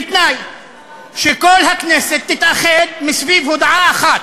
בתנאי שכל הכנסת תתאחד סביב הודעה אחת,